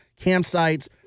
campsites